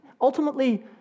ultimately